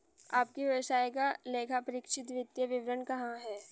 आपके व्यवसाय का लेखापरीक्षित वित्तीय विवरण कहाँ है?